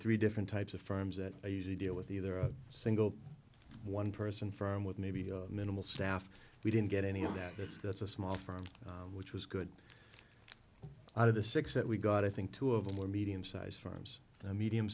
three different types of firms that usually deal with either a single one person firm with maybe a minimal staff we didn't get any of that that's that's a small firm which was good out of the six that we got i think two of them were medium sized firms medium